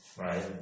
right